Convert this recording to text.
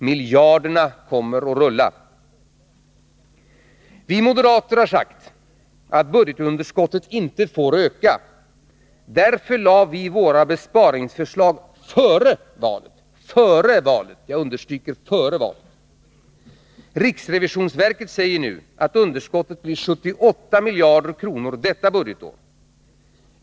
Miljarderna kommer att rulla. Vi moderater har sagt att budgetunderskottet inte får öka. Därför lade vi våra besparingsförslag före valet. Riksrevisionsverket säger nu att underskottet blir 78 miljarder kronor detta budgetår.